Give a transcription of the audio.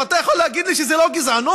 אתה יכול להגיד לי שזה לא גזענות?